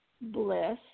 bliss